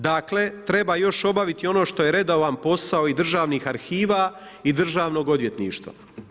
Dakle, treba još obaviti ono što je redovan posao i državnih arhiva i državnog odvjetništva.